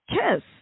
kiss